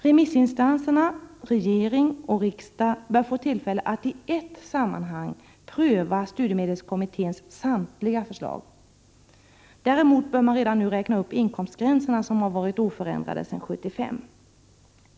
Remissinstanserna, regering och riksdag bör få tillfälle att i ett sammanhang pröva studiemedelskommmitténs samtliga förslag. Däremot bör man redan nu räkna upp inkomstgränserna, som varit oförändrade sedan 1975.